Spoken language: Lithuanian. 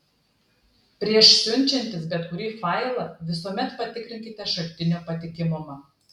prieš siunčiantis bet kurį failą visuomet patikrinkite šaltinio patikimumą